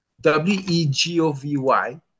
W-E-G-O-V-Y